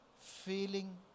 feeling